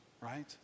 Right